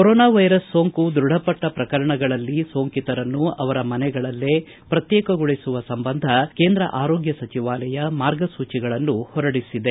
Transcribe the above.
corona ವೈರಾಣು ಸೋಂಕು ದೃಢಪಟ್ಟ ಪ್ರಕರಣಗಳಲ್ಲಿ ಸೋಂಕಿತರನ್ನು ಅವರ ಮನೆಗಳಲ್ಲೇ ಪ್ರತ್ಯೇಕಗೊಳಿಸುವ ಸಂಬಂಧ ಕೇಂದ್ರ ಆರೋಗ್ಯ ಸಚಿವಾಲಯ ಮಾರ್ಗಸೂಚಿಗಳನ್ನು ಹೊರಡಿಸಿದೆ